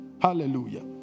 Hallelujah